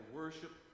worship